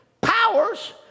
powers